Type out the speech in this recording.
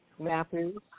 Matthew